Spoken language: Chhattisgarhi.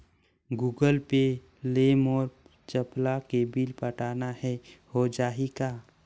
गूगल पे ले मोल चपला के बिल पटाना हे, हो जाही का?